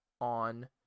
on